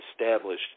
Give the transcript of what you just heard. established